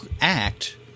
act